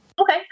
Okay